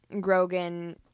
Grogan –